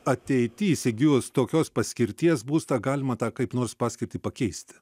ateity įsigijus tokios paskirties būstą galima tą kaip nors paskirtį pakeisti